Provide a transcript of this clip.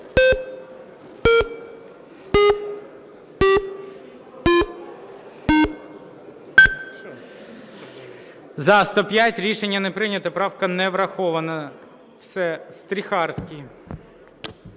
За-105 Рішення не прийнято. Правка не врахована. Все? Стріхарський,